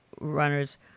runners